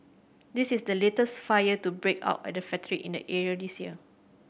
this is the latest fire to break out at a factory in the area this year